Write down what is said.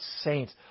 saints